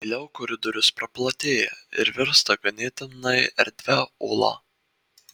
vėliau koridorius praplatėja ir virsta ganėtinai erdvia ola